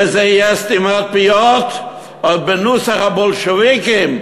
וזה יהיה סתימת פיות בנוסח הבולשביקים,